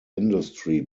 industry